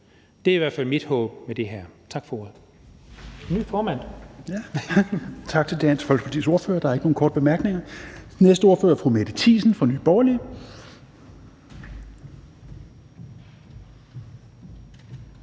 Det er i hvert fald mit håb med det her. Tak for ordet.